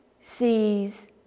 sees